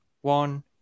one